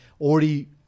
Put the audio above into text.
already